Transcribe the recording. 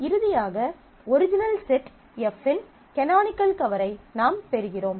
இறுதியாக original set F இன் canonical கவரை நாம் பெறுகிறோம்